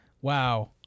Wow